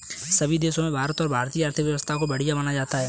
सभी देशों में भारत और भारतीय आर्थिक व्यवस्था को बढ़िया माना जाता है